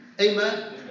Amen